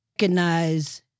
recognize